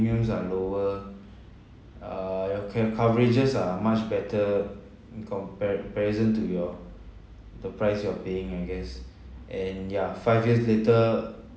premiums are lower err your care coverages are much better in comparison to your the price you're paying I guess and ya five years later